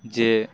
যে